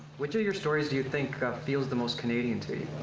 which of your stories do you think feels the most canadian to you?